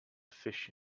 fish